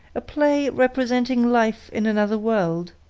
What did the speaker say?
a play representing life in another world,